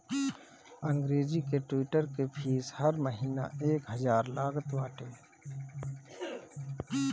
अंग्रेजी के ट्विटर के फ़ीस हर महिना एक हजार लागत बाटे